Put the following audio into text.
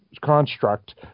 Construct